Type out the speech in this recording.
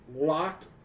locked